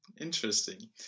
Interesting